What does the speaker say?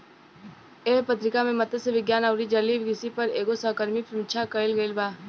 एह पत्रिका में मतस्य विज्ञान अउरी जलीय कृषि पर एगो सहकर्मी समीक्षा कईल गईल बा